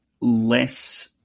less